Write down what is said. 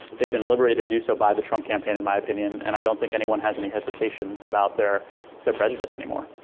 they've been liberated to do so by the trump campaign in my opinion and i don't think anyone has any hesitations about their their prejudice anymore.